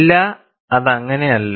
ഇല്ല അത് അങ്ങനെയല്ല